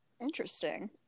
interesting